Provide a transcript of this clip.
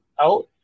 out